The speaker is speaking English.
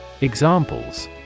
Examples